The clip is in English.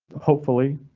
hopefully.